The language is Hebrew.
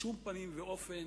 בשום פנים ואופן,